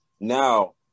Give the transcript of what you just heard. now